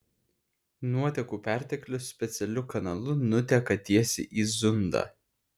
nuotekų perteklius specialiu kanalu nuteka tiesiai į zundą